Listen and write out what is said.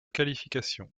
qualification